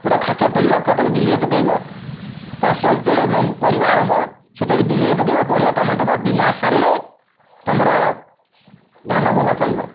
ଗୋଟେ ଖାଦ୍ୟ ଖୋଲି ରଖ ତାକୁ ବିଲରେ ପକେଇବ ଚାଷ ଯେତେବେଳେ କରିବ ଆରମ୍ଭ ସେତେବେଳେ ବିଲରେ ପକେଇବ ବଢ଼ିଆ କାମ ଦବ ବିନା ସାରରେ ତମର ଧାନ ଭଲ ପଡ଼ିବ